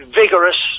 vigorous